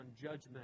judgment